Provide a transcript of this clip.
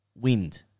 wind